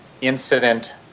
incident